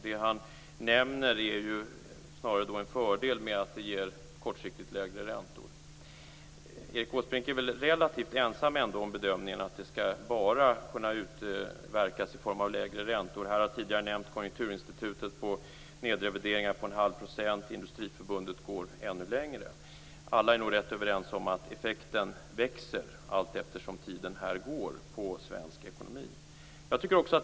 Det han nämner är snarare en fördel, nämligen att det ger kortsiktigt lägre räntor. Erik Åsbrink är ändå relativt ensam om bedömningen att det bara skall kunna utverkas i form av lägre räntor. Konjunkturinstitutet har talat om nedrevideringar på en halv procent. Industriförbundet går ännu längre. Alla är nog rätt överens om att effekten på svensk ekonomi växer allteftersom tiden går.